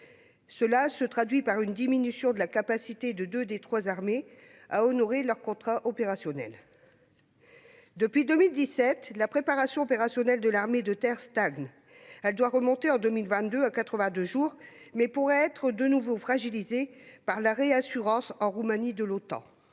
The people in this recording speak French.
qui se traduit par une diminution de la capacité de deux des trois armées à honorer leur contrat opérationnel. Depuis 2017, la préparation opérationnelle de l'armée de terre stagne. Elle doit remonter en 2022 à quatre-vingt-deux jours, mais elle pourrait être de nouveau fragilisée par la réassurance en Roumanie de l'Otan.